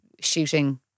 shooting